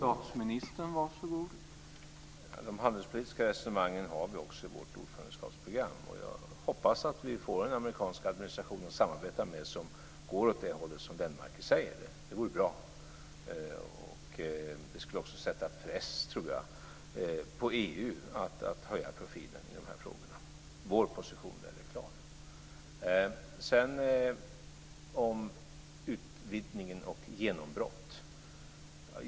Herr talman! De handelspolitiska resonemangen har vi också på vårt ordförandeskapsprogram. Vi hoppas att vi får en amerikansk administration att samarbeta med som går åt det håll som Lennmarker säger. Det vore bra. Det skulle också sätta press på EU att höja profilen i de här frågorna. Vår position där är klar. Sedan om utvidgningen och genombrott.